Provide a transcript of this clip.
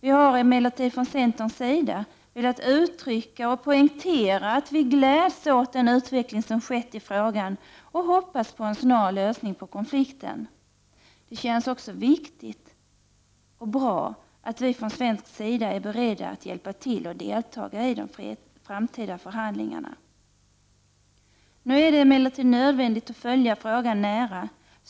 Vi har emellertid från centerns sida velat uttrycka och poängtera att vi gläds åt den utveckling som skett i frågan och hoppas på en snar lösning på konflikten. Det känns också viktigt och bra att vi från svensk sida är beredda att hjälpa till och delta i de framtida förhandlingarna. Det är emellertid nödvändigt att följa frågan nära.